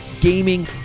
gaming